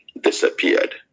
disappeared